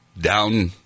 down